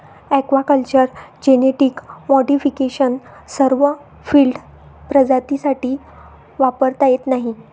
aquaculture genetic modification सर्व field प्रजातींसाठी वापरता येत नाही